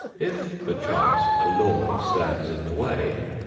if, perchance, a law stands in the way,